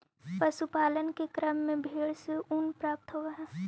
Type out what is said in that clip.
पशुपालन के क्रम में भेंड से ऊन प्राप्त होवऽ हई